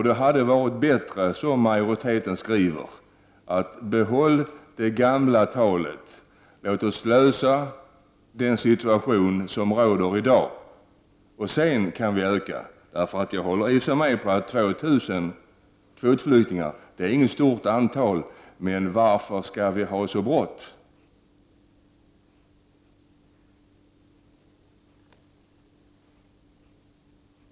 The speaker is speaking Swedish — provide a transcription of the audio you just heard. Det hade varit bättre, som majoriteten skriver, att behålla det gamla talet. Låt oss lösa den situation som råder i dag. Sedan kan vi öka kvoten. Jag håller i och för sig med om att 2 000 kvotflyktingar inte är något stort antal. Men varför skall vi ha så brått?